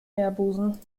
meerbusen